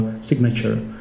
signature